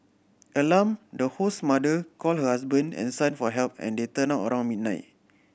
alarmed the host's mother called her husband and son for help and they turned up around midnight